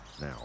now